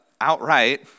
outright